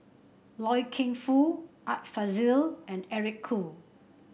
Loy Keng Foo Art Fazil and Eric Khoo